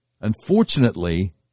unfortunately